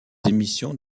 émissions